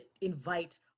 invite